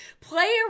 play